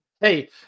Hey